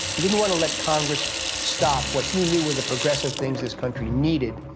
he didn't want to let congress stop what he knew were the progressive things this country needed,